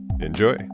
Enjoy